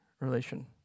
relation